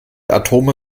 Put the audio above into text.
atome